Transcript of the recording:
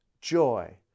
joy